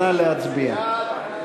נא להצביע.